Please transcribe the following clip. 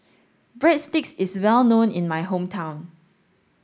Breadsticks is well known in my hometown